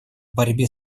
борьбе